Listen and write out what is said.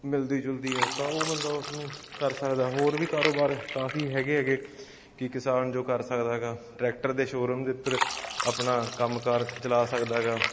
ਮਿਲਦੀ ਜੁਲਦੀ ਹੈ ਤਾਂ ਉਹ ਬੰਦਾ ਉਸਨੂੰ ਕਰ ਸਕਦਾ ਹੋਰ ਵੀ ਕਾਰੋਬਾਰ ਕਾਫੀ ਹੈਗੇ ਹੈਗੇ ਕਿ ਕਿਸਾਨ ਜੋ ਕਰ ਸਕਦਾ ਹੈਗਾ ਟਰੈਕਟਰ ਦੇ ਸ਼ੋਅਰੂਮ ਦੇ ਉੱਪਰ ਆਪਣਾ ਕੰਮ ਕਾਰ ਚਲਾ ਸਕਦਾ ਹੈਗਾ